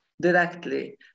directly